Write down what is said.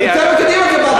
יותר מקדימה קיבלתי קולות.